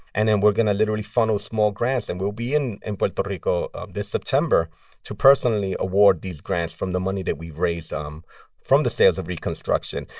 and then we're going to literally funnel small grants. and we'll be in in puerto rico this september to personally award these grants from the money that we raised um from the sales of ricanstruction.